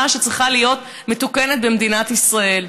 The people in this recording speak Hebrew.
שצריכה להיות מתוקנת במדינת ישראל.